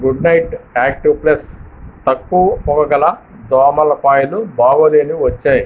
good Knight Active Plus తక్కువ పొగ గల దోమల కాయిల్ బాగోలేనివి వచ్చాయి